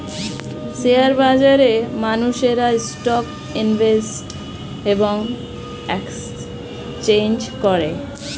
share বাজারে মানুষেরা stock invest এবং এক্সচেঞ্জ করে